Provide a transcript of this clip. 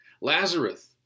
Lazarus